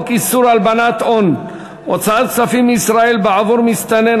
איסור הלבנת הון (הוצאת כספים מישראל בעבור מסתנן,